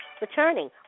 returning